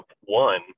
one